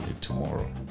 tomorrow